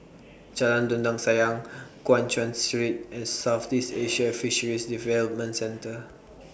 Jalan Dondang Sayang Guan Chuan Street and Southeast Asian Fisheries Development Centre